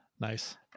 Nice